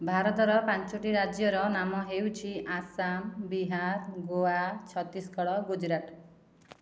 ଭାରତର ପାଞ୍ଚଟି ରାଜ୍ୟର ନାମ ହେଉଛି ଆସାମ ବିହାର ଗୋଆ ଛତିଶଗଡ଼ ଗୁଜୁରାଟ